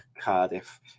cardiff